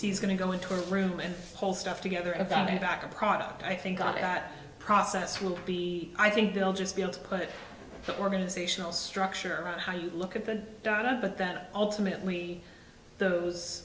sees going to go into a room and whole staff together and family back a product i think got that process will be i think they'll just be able to put the organizational structure around how you look at the diner but that ultimately those